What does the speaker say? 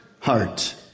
heart